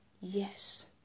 yes